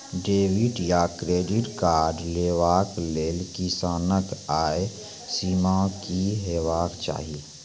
Debit या credit card लेवाक लेल किसानक आय सीमा की हेवाक चाही?